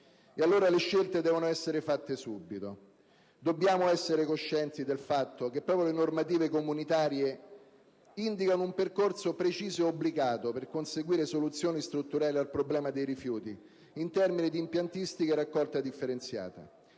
E allora le scelte devono essere fatte subito! Dobbiamo essere coscienti del fatto che proprio le normative comunitarie indicano un percorso preciso e obbligato per conseguire soluzioni strutturali al problema dei rifiuti, in termini di impiantistica e di raccolta differenziata.